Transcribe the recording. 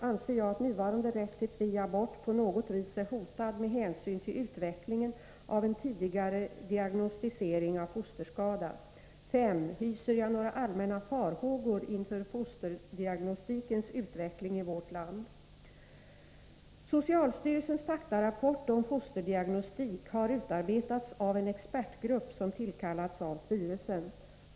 Anser jag att nuvarande rätt till fri abort på något vis är hotad med hänsyn till utvecklingen av en tidigare diagnostisering av fosterskada? 5. Hyser jag några allmänna farhågor inför fosterdiagnostikens utveckling i vårt land? Socialstyrelsens faktarapport om fosterdiagnostik har utarbetats av en expertgrupp som tillkallats av styrelsen.